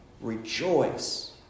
rejoice